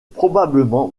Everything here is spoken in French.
probablement